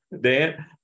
Dan